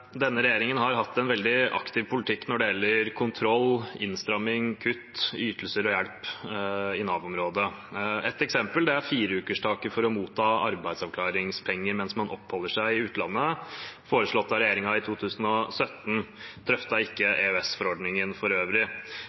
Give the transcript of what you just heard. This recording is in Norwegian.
Denne regjeringen har jo hatt en veldig aktiv politikk når det gjelder kontroll, innstramming, kutt, ytelser og hjelp i Nav-området. Et eksempel er at fireukers-taket for å motta arbeidsavklaringspenger mens man oppholder seg i utlandet, foreslått av regjeringen i 2017, drøftet ikke EØS-forordningen for øvrig.